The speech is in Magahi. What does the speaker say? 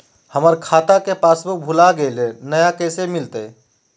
हमर खाता के पासबुक भुला गेलई, नया कैसे मिलतई?